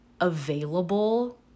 available